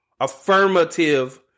affirmative